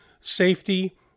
safety